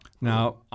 Now